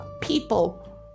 people